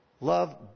Love